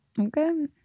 okay